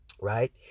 right